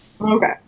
Okay